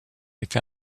été